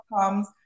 comes